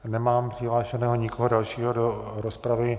Nemám přihlášeného nikoho dalšího do rozpravy.